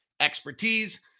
expertise